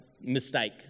mistake